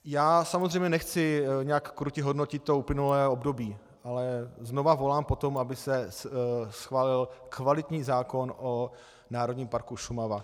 Já samozřejmě nechci nějak krutě hodnotit to uplynulé období, ale znovu volám po tom, aby se schválil kvalitní zákon o Národním parku Šumava.